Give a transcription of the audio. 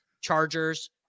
Chargers